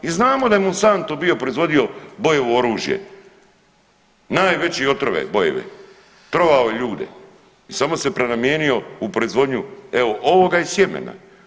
I znamo da je Monsanto bio proizvodio bojevo oružje, najveće otrove bojeve, trovao ljude i samo se promijenio u proizvodnju evo ovoga i smjena.